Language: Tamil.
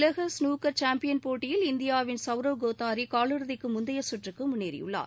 உலக ஸ்னூக்கர் சாம்பியன் போட்டியின் இந்தியாவின் சவுரவ் கோதாரி காலிறதிக்கு முந்தைய கற்றுக்கு முன்னேறி உள்ளார்